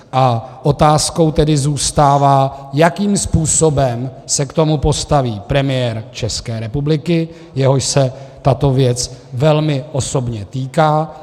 A otázkou tedy zůstává, jakým způsobem se k tomu postaví premiér České republiky, jehož se tato věc velmi osobně týká.